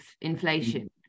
inflation